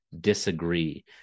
disagree